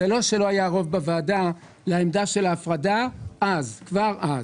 זה לא שלא היה רוב בוועדה לעמדה של ההפרדה כבר אז.